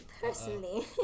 personally